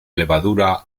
levadura